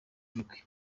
ibigwi